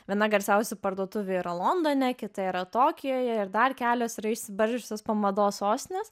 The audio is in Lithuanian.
viena garsiausių parduotuvių yra londone kita yra tokijuje ir dar kelios yra išsibarsčiusios po mados sostines